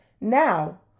Now